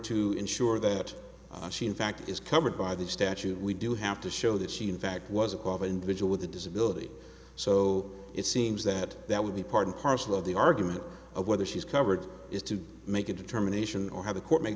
to ensure that she in fact is covered by the statute we do have to show that she in fact was above individual with a disability so it seems that that would be part and parcel of the argument of whether she's covered is to make a determination or have a court made